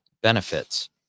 benefits